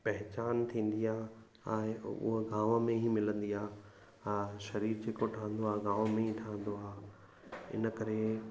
पहचान थींदी आहे ऐं उहा गांव में ई मिलंदी आहे हा शरीरु जेको ठहंदो आहे गांव में ई ठहंदो आहे इन करे